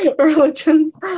religions